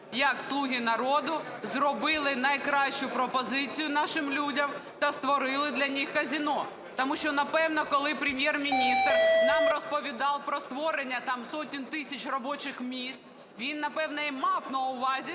як "Слуги народу" зробили найкращу пропозицію нашим людям та створили для них казино. Тому що, напевно, коли Прем'єр-міністр нам розповідав про створення там сотень тисяч робочих місць, він, напевно, і мав на увазі,